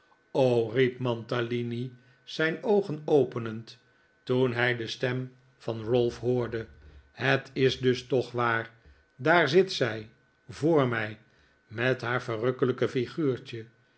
riep mantalini zijn oogen bpenend toen hij de stem van ralph hoorde het is dus toch waar daar zit zij voor mij met haar verrukkelijke figuurtje